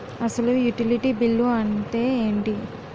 అసలు utility bill అంతే ఎంటి?